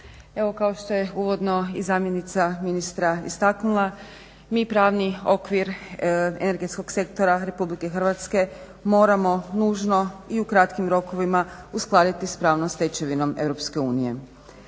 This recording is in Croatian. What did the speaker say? Evo kao što je uvodno i zamjenica ministra istaknula mi pravni okvir energetskog sektora Republike Hrvatske moramo nužno i u kratkim rokovima uskladiti s pravnom stečevinom EU.